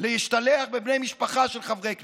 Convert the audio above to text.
להשתלח בבני משפחה של חברי כנסת.